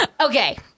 okay